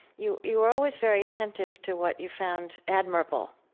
you you were always very attentive to what you found admirable.